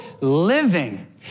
living